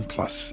Plus